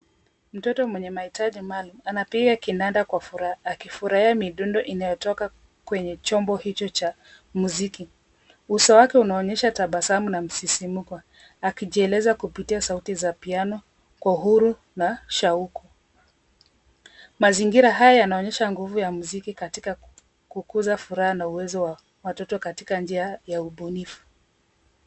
Mtoto mwenye mahitaji maalum anapiga kinanda kwa furaha akifurahia midundo kutoka kwenye chombo hicho cha muziki. Uso wake unaonyesha tabasamu na msisimko akijieleza kupitia sauti za piano kwa uhuru na shauku. Mazingira haya yanaonyesha nguvu ya mziki katika kukuza furaha na uwezo wa watoto katika njia ya ubunifu.